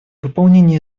выполнение